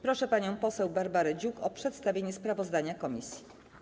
Proszę panią poseł Barbarę Dziuk o przedstawienie sprawozdania komisji.